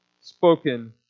spoken